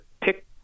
pick